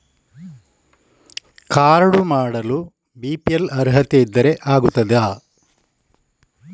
Card ಮಾಡಲು BPL ಅರ್ಹತೆ ಇದ್ದರೆ ಆಗುತ್ತದ?